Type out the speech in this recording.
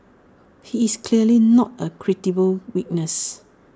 he is clearly not A credible witness